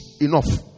enough